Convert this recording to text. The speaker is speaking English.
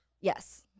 Yes